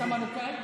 אתה מרוקאי?